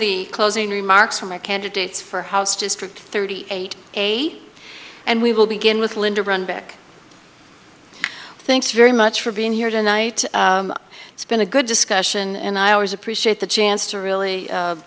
the closing remarks from the candidates for house district thirty eight a and we will begin with linda runback thanks very much for being here tonight it's been a good discussion and i always appreciate the chance to really